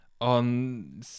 on